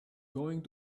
going